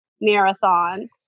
marathon